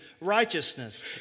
righteousness